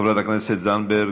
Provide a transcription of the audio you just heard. חברת הכנסת זנדברג,